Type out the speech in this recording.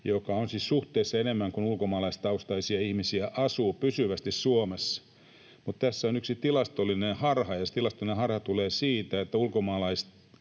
mikä on siis suhteessa enemmän kuin ulkomaalaistaustaisia ihmisiä asuu pysyvästi Suomessa. Mutta tässä on yksi tilastollinen harha, ja se tilastollinen harha tulee siitä, että ulkomaalaistaustaisiksi